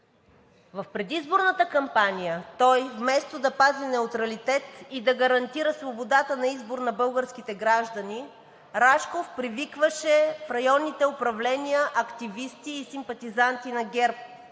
В предизборната кампания, вместо да пази неутралитет и да гарантира свободата на избор на българските граждани, Рашков привикваше в районните управления активисти и симпатизанти на ГЕРБ,